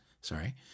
Sorry